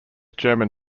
german